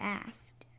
asked